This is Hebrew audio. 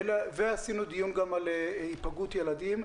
ועשינו דיון גם על היפגעות ילדים.